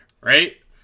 Right